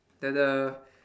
the the